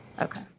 Okay